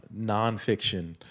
nonfiction